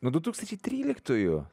nuo du tūkstančiai tryliktųjų